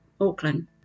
Auckland